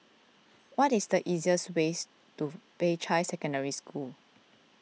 what is the easiest ways to Peicai Secondary School